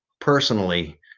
personally